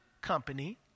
company